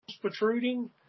protruding